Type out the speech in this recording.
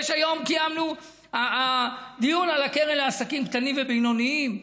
היום קיימנו דיון על הקרן לעסקים קטנים ובינוניים.